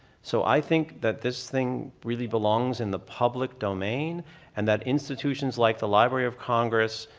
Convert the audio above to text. so i think that this thing really belongs in the public domain and that institutions like the library of congress